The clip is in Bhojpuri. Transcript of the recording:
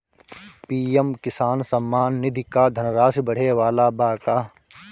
पी.एम किसान सम्मान निधि क धनराशि बढ़े वाला बा का?